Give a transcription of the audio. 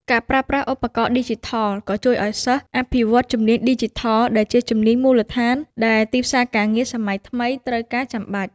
ការប្រើប្រាស់ឧបករណ៍ឌីជីថលក៏ជួយឱ្យសិស្ស អភិវឌ្ឍជំនាញឌីជីថល ដែលជាជំនាញមូលដ្ឋានដែលទីផ្សារការងារសម័យថ្មីត្រូវការចាំបាច់។